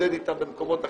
להתמודד אתם במקומות אחרים.